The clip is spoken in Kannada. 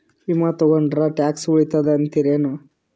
ವಿಮಾ ತೊಗೊಂಡ್ರ ಟ್ಯಾಕ್ಸ ಉಳಿತದ ಅಂತಿರೇನು?